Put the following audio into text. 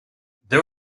there